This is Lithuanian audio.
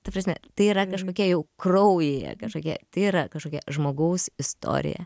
ta prasme tai yra kažkokia jau kraujyje kažkokia tai yra kažkokia žmogaus istorija